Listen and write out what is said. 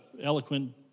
eloquent